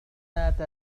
مات